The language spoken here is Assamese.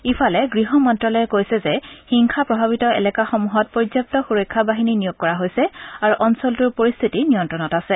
ইফালে গৃহ মন্ত্যালয়ে কৈছে যে হিংসা প্ৰভাৱিত এলেকাসমূহত পৰ্যাপ্ত সুৰক্ষা বাহিনী নিয়োগ কৰা হৈছে আৰু অঞ্চলটোৰ পৰিস্থিতি নিয়ন্ত্ৰণত আছে